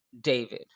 David